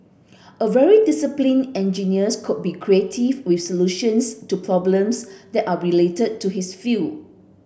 a very disciplined engineers could be creative with solutions to problems that are related to his field